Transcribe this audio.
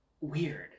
weird